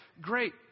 great